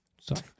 Sorry